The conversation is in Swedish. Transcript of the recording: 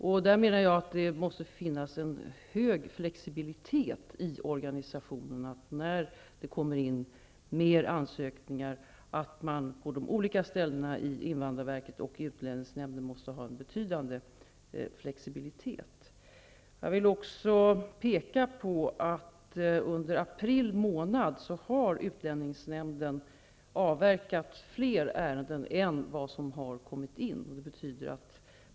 Jag menar att det i organisationerna måste finnas en hög grad av flexibilitet. Man måste alltså i invandrarverket och i utlänningsnämnden ha en betydande flexibilitet när det kommer in fler ansökningar. Jag vill också peka på att utlänningsnämnden under april månad har avverkat fler ärenden än vad som har kommit in.